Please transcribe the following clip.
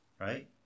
Right